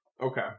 Okay